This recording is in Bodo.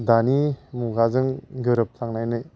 दानि मुगाजों गोरोबफानानै